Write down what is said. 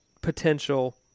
potential